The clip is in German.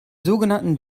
sogenannten